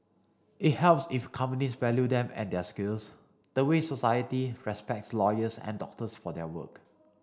it helps if companies value them and their skills the way society respects lawyers and doctors for their work